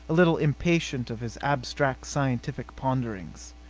a little impatient of his abstract scientific ponderings.